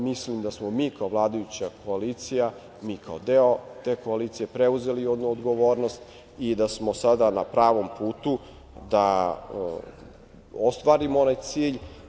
Mislim da smo mi kao vladajuća koalicija, mi kao deo te koalicije preuzeli jednu odgovornost i da smo sada na pravom putu da ostvarimo onaj cilj.